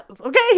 Okay